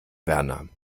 werner